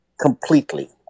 completely